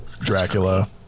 Dracula